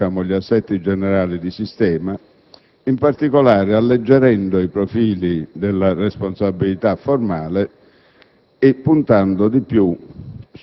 a ridefinire gli assetti generali di sistema, in particolare alleggerendo i profili della responsabilità formale,